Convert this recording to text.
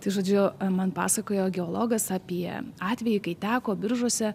tai žodžiu man pasakojo geologas apie atvejį kai teko biržuose